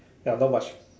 you not much